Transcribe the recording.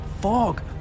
fog